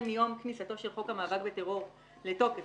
מיום כניסתו של חוק המאבק בטרור לתוקף,